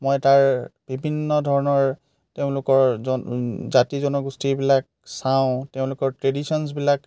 মই তাৰ বিভিন্ন ধৰণৰ তেওঁলোকৰ জন জাতি জনগোষ্ঠী এইবিলাক চাওঁ তেওঁলোকৰ ট্ৰেডিচনছবিলাক